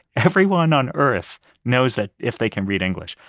everyone on earth knows that if they can read english,